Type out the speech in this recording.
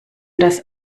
das